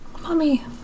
Mommy